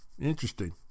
Interesting